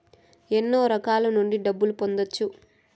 ఎన్నో రకాల నుండి డబ్బులు పొందొచ్చు